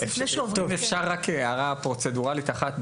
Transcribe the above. אפשר רק הערה פרוצדורלית אחת?